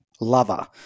lover